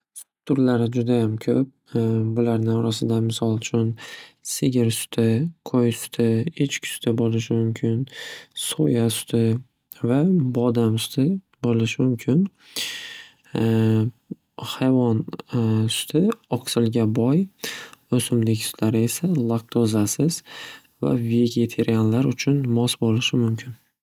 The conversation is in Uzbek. Sut turlari judayam ko'p. Bularni orasidan misol uchun sigir suti, qo'y suti, echki suti bo'lishi mumkin. So'ya suti va bodam suti bo'lishi mumkin. Hayvon suti, oqsilga boy o'simlik sutlari esa laktozasiz va vegiterianlar uchun mos bo'lishi mumkin.